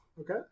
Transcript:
Okay